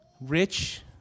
rich